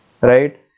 right